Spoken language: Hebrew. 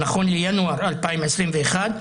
נכון לינואר 2021,